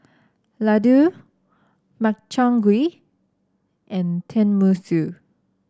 Ladoo Makchang Gui and Tenmusu